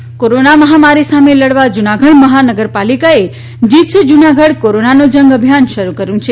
Junagadh corona મહામારી સામે લડવા જૂનાગઢ મહાનગરપાલિકા એ જીતશે જુનાગઢ કોરોનાનો જંગ અભિયાન શરૂ કર્યૂં